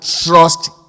trust